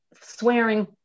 swearing